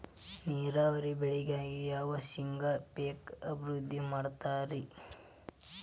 ನೇರಾವರಿ ಬೆಳೆಗಾಗಿ ಯಾವ ಶೇಂಗಾ ಪೇಕ್ ಅಭಿವೃದ್ಧಿ ಮಾಡತಾರ ರಿ?